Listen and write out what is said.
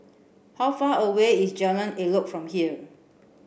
how far away is Jalan Elok from here